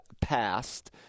passed